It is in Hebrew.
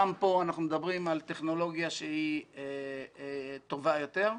גם כאן אנחנו מדברים על טכנולוגיה שהיא טובה יותר.